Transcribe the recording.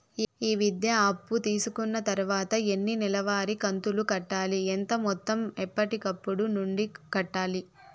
ఈ విద్యా అప్పు తీసుకున్న తర్వాత ఎన్ని నెలవారి కంతులు కట్టాలి? ఎంత మొత్తం ఎప్పటికప్పుడు నుండి కట్టాలి?